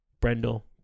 Brendel